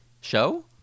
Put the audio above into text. show